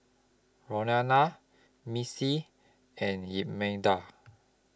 Rhona Missy and Imelda